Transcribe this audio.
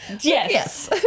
Yes